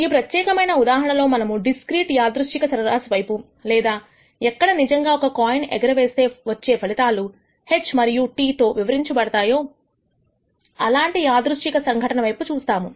ఈ ప్రత్యేకమైన ఉదాహరణలో మనము డిస్క్రీట్ అనిర్దిష్ట చర రాశి వైపు లేదా ఎక్కడ నిజంగా ఒక కాయిన్ ఎగరవేస్తే వచ్చే ఫలితాలు H మరియు T తో వివరించబడతాయో అలాంటి అనిర్దిష్ట సంఘటన వైపు చూస్తాము